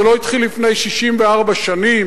זה לא התחיל לפני 64 שנים,